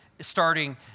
starting